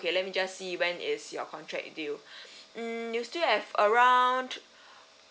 let me just see when is your contract due mm you still have around